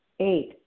Eight